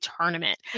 tournament